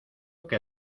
que